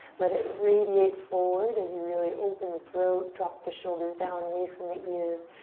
let it radiate forward as you really open the throat, drop the shoulders down, away from the ears.